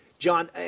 John